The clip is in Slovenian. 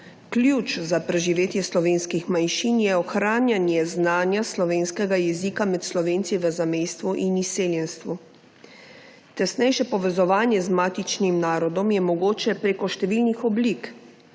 Ključ za preživetje slovenskih manjšin je ohranjanje znanja slovenskega jezika med Slovenci v zamejstvu in izseljenstvu. Tesnejše povezovanje z matičnim narodom je mogoče preko številnih oblik: